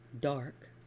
dark